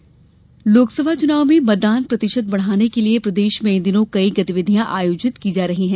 मतदान संकल्प लोकसभा चुनाव में मतदान प्रतिशत बढ़ाने के लिए प्रदेश में इन दिनों कई गतिविधियां आयोजित की जा रही हैं